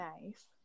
nice